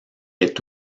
est